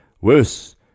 Worse